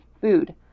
food